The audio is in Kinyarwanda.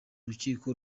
rukiko